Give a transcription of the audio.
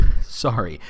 Sorry